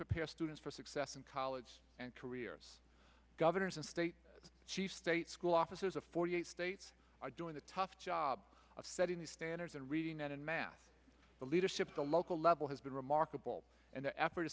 prepare students for success in college and careers governors and state chiefs state school officers a forty eight states are doing the tough job of setting the standards in reading and in math the leadership of the local level has been remarkable and the effort